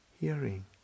hearing